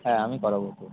হ্যাঁ আমি করাবো তো